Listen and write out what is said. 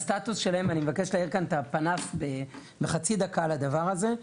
אני מבקש להאיר כאן את הפנס בחצי דקה על הדבר הזה.